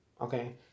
okay